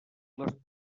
les